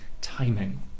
timing